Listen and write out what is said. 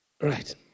Right